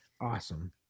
Awesome